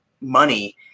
money